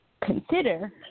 consider